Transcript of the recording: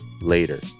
later